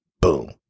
boom